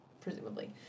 presumably